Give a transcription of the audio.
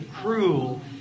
cruel